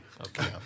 Okay